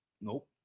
Nope